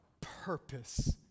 purpose